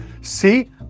See